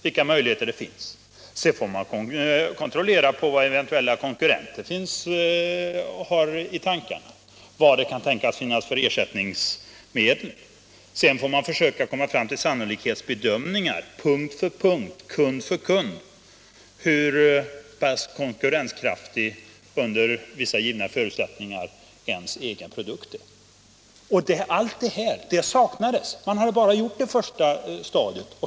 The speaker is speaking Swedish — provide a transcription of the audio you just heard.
Sedan får man försöka ta reda på vad eventuella konkurrenter har i tankarna och vad det kan finnas för ersättningsmedel. När man gjort detta får man försöka komma fram till sannolikhetsbedömningar — punkt för punkt, kund för kund — av hur pass konkurrenskraftig under vissa givna förutsättningar ens egen produkt är. Allt det här saknades. Man hade bara genomfört det första stadiet.